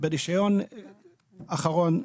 ברישיון אחרון,